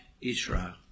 Israel